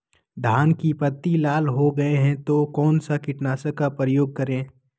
धान की पत्ती लाल हो गए तो कौन सा कीटनाशक का प्रयोग करें?